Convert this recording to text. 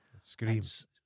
screams